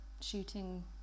shooting